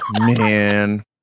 Man